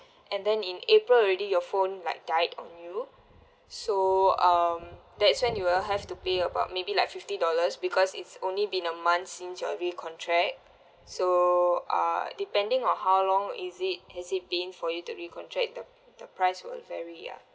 and then in april already your phone like died on you so um that's when you will have to pay about maybe like fifty dollars because it's only been a month since your recontract so uh depending on how long is it has it been for you to recontract the the price will vary ah